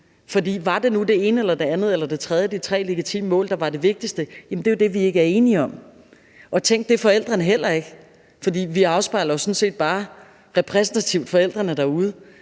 var det nu det ene, det andet eller det tredje af de tre legitime mål, der var det vigtigste? Jamen det er jo det, vi ikke er enige om. Og tænk, det er forældrene heller ikke, for vi repræsenterer jo sådan set bare forældrene derude